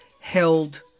held